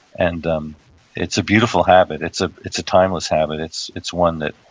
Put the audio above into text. and um it's a beautiful habit. it's ah it's a timeless habit. it's it's one that,